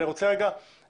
אני רוצה לקבוע.